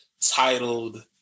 titled